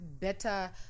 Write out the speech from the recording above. better